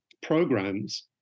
programs